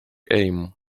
aim